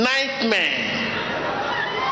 Nightmare